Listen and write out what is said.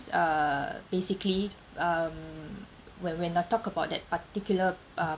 uh basically um when when I talk about that particular um